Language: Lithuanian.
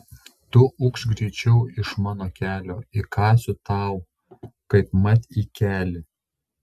tu ukš greičiau iš mano kelio įkąsiu tau kaipmat į kelį